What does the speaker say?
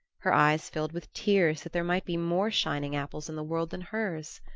her eyes filled with tears that there might be more shining apples in the world than hers.